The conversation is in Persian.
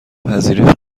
پذیرش